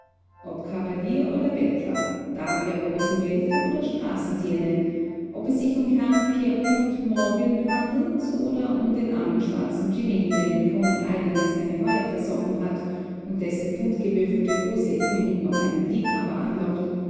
ob kavalier oder bettler dame der großen welt oder straßendirne ob es sich um herrn pierpont morgan handelt oder um den armen schwarzen jimmie der in coney island seine heuer versoffen hat und dessen bunt gewürfelte hose immerhin noch einen liebhaber anlockt